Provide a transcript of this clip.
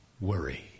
worry